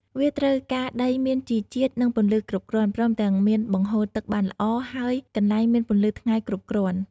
វាត្រូវការដីមានជីជាតិ និងពន្លឺគ្រប់គ្រាន់ ព្រមទាំងមានបង្ហូរទឹកបានល្អ ហើយកន្លែងមានពន្លឺថ្ងៃគ្រប់គ្រាន់។